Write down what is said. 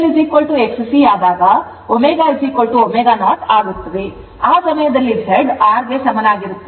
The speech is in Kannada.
ಆ ಸಮಯದಲ್ಲಿ Z R ಗೆ ಸಮನಾಗಿರುತ್ತದೆ